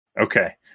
Okay